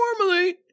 normally